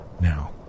now